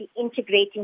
integrating